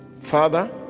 Father